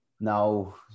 Now